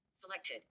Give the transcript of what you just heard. Selected